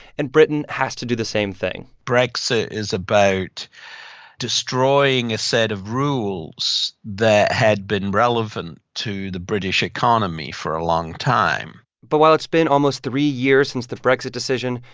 and britain has to do the same thing brexit is about destroying a set of rules that had been relevant to the british economy for a long time but while it's been almost three years since the brexit decision,